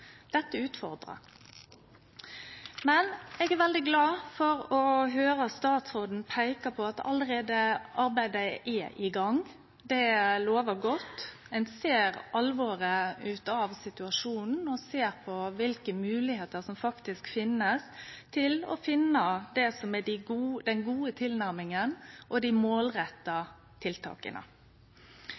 Dette utfordrar. Eg er veldig glad for å høyre statsråden peike på at arbeidet alt er i gang. Det lovar godt. Ein ser alvoret i situasjonen, og ser på kva for moglegheiter som faktisk finst for å finne det som er den gode tilnærminga og dei målretta tiltaka.